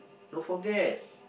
don't forget